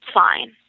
fine